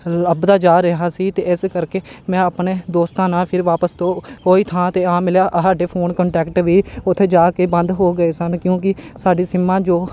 ਲੱਭਦਾ ਜਾ ਰਿਹਾ ਸੀ ਅਤੇ ਇਸ ਕਰਕੇ ਮੈਂ ਆਪਣੇ ਦੋਸਤਾਂ ਨਾਲ ਫਿਰ ਵਾਪਸ ਤੋਂ ਉਹੀ ਥਾਂ 'ਤੇ ਆ ਮਿਲਿਆ ਸਾਡੇ ਫੋਨ ਕੋਂਟੈਕਟ ਵੀ ਉੱਥੇ ਜਾ ਕੇ ਬੰਦ ਹੋ ਗਏ ਸਨ ਕਿਉਂਕਿ ਸਾਡੀ ਸਿੰਮਾਂ ਜੋ